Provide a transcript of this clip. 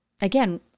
Again